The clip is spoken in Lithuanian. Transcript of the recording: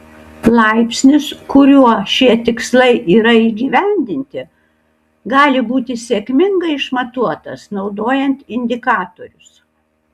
laipsnis kuriuo šie tikslai yra įgyvendinti gali būti sėkmingai išmatuotas naudojant indikatorius